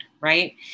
right